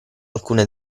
alcune